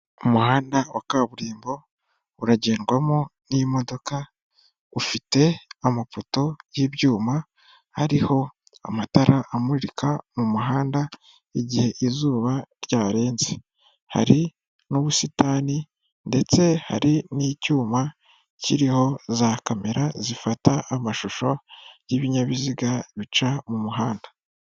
Umuhanda wa kaburimbo uragendwamo n'imodoka ufite amafoto y'ibyuma hariho amatara amurika mumuhanda igihe izuba ryarenze hari n'ubusitani ndetse hari n'icyuma kiriho za kamera zifata amashusho y'ibinyabiziga bica mu muhanda.